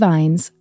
Vines